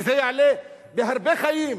כי זה יעלה בהרבה חיים.